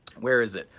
where is it?